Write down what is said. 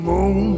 Moon